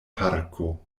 parko